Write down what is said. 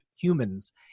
humans